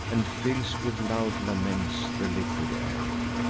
and fills with loud laments the liquid air.